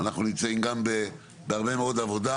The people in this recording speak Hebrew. אנחנו נמצאם גם בהרבה מאוד עבודה,